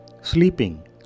sleeping